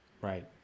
Right